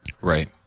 Right